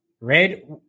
red